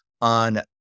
on